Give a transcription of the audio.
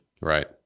right